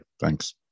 thanks